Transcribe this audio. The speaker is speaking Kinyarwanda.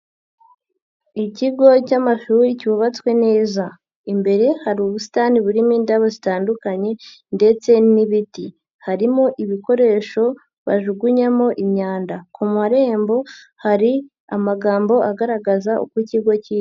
Ikigo cy'amashuri cyubatswe neza, imbere hari ubusitani burimo indabo zitandukanye ndetse n'ibiti, harimo ibikoresho bajugunyamo imyanda, ku marembo hari amagambo agaragaza uko ikigo kiri.